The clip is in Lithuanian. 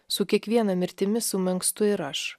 su kiekviena mirtimi sumenkstu ir aš